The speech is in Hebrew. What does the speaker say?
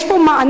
יש פה מענה?